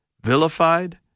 vilified